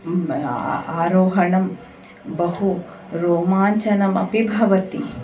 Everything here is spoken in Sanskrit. आरोहणं बहु रोमाञ्चनमपि भवति